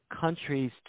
countries